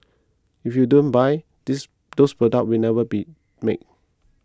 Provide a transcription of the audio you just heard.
if you don't buy this those products will never be made